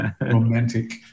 romantic